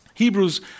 Hebrews